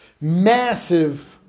massive